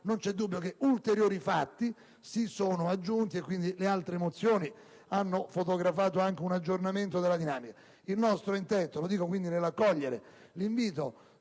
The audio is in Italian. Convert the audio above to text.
non c'è dubbio che ulteriori fatti si sono aggiunti, e quindi le altre mozioni hanno fotografato anche un aggiornamento della dinamica degli eventi. Il nostro intento - lo sottolineo nell'accogliere l'invito